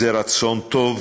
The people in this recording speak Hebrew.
זה רצון טוב,